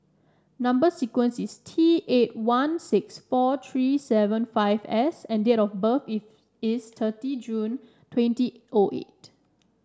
number sequence is T eight one six four three seven five S and date of birth is is thirty June twenty O eight